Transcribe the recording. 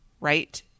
right